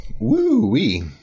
woo-wee